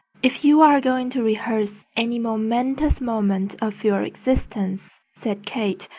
if you're going to rehearse any momentous moment of your existence, said kate,